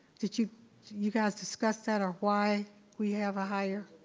did you you guys discuss that or why we have a higher?